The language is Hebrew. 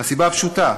מהסיבה הפשוטה: